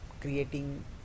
creating